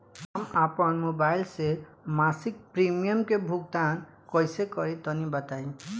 हम आपन मोबाइल से मासिक प्रीमियम के भुगतान कइसे करि तनि बताई?